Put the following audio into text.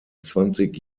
zwanzig